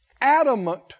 adamant